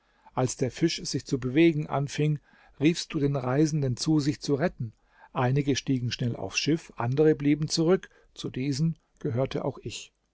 als der fisch sich zu bewegen anfing riefst du den reisenden zu sich zu retten einige stiegen schnell aufs schiff andere blieben zurück zu diesen gehörte auch ich